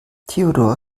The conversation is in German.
theodor